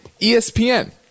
espn